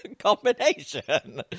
Combination